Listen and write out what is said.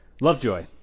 lovejoy